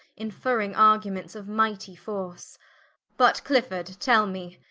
inferring arguments of mighty force but clifford tell me,